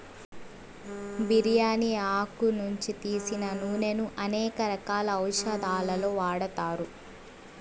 బిర్యాని ఆకు నుంచి తీసిన నూనెను అనేక రకాల ఔషదాలలో వాడతారు